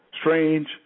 Strange